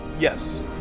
Yes